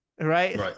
Right